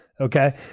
Okay